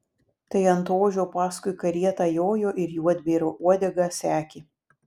tai ant ožio paskui karietą jojo ir juodbėrio uodegą sekė